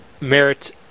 merit